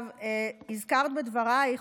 הזכרת בדברייך,